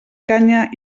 canya